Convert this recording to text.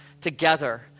together